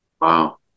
Wow